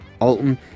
Alton